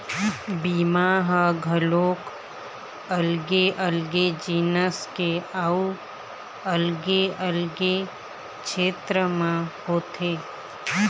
बीमा ह घलोक अलगे अलगे जिनिस के अउ अलगे अलगे छेत्र म होथे